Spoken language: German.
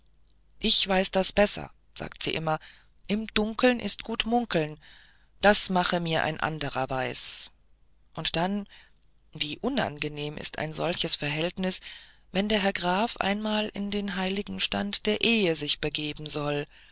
ich weiß das besser sagt sie immer im dunkeln ist gut munkeln das mache mir ein anderer weis und dann wie unangenehm ist ein solches verhältnis wenn der herr graf einmal in den heiligen stand der ehe sich begeben soll